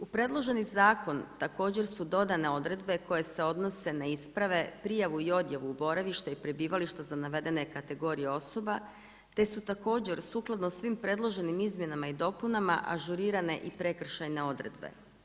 U predloženi zakon također su dodane odredbe koje se odnose na isprave, prijavu i odjavu boravišta i prebivališta za navedene kategorije osoba te su također sukladno svim predloženim izmjenama i dopunama ažurirane i prekršajne odredbe.